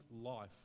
life